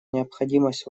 необходимость